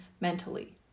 mentally